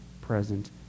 present